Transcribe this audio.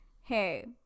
hey